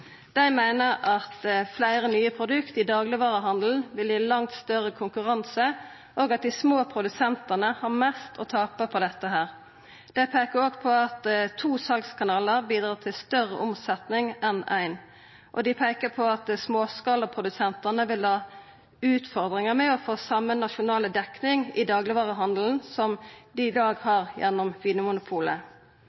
Dei meiner at fleire nye produkt i daglegvarehandelen vil gi langt større konkurranse, og at dei små produsentane har mest å tapa på dette. Dei peikar òg på at to salskanalar bidrar til større omsetnad enn ein, og dei peikar på at småskalaprodusentane vil ha utfordringar med å få same nasjonale dekning i daglegvarehandelen som dei i dag